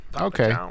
Okay